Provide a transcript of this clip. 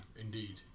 indeed